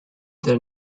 their